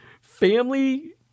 family